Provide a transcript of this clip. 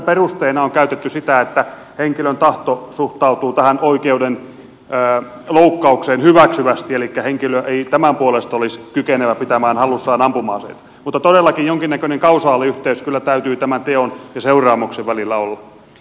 perusteena on käytetty sitä että henkilön tahto suhtautuu tähän oikeudenloukkaukseen hyväksyvästi elikkä henkilö ei tämän puolesta olisi kykenevä pitämään hallussaan ampuma aseita mutta todellakin jonkinnäköinen kausaaliyhteys kyllä täytyy tämän teon ja seuraamuksen välillä olla